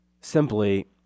simply